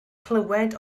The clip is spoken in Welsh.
clywed